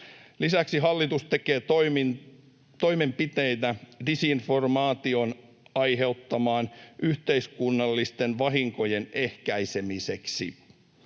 Lisäksi hallitus tekee toimenpiteitä disinformaation aiheuttamien yhteiskunnallisten vahinkojen ehkäisemiseksi.